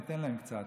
ניתן להם קצת,